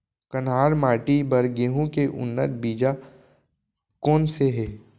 कन्हार माटी बर गेहूँ के उन्नत बीजा कोन से हे?